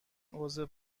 عضو